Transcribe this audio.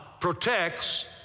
protects